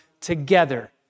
together